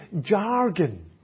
jargon